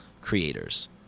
creators